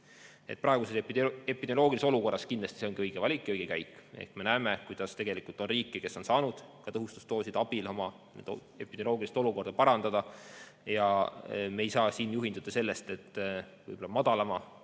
Praeguses epidemioloogilises olukorras on see kindlasti õige valik ja õige käik. Me näeme, et on riike, kes on saanud tõhustusdooside abil oma epidemioloogilist olukorda parandada. Me ei saa siin juhinduda sellest, et võib-olla madalama